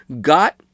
got